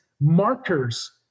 markers